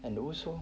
and also